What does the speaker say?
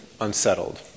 unsettled